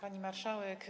Pani Marszałek!